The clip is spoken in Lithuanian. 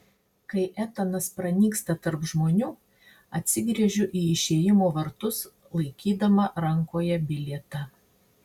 kai etanas pranyksta tarp žmonių atsigręžiu į išėjimo vartus laikydama rankoje bilietą